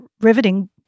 riveting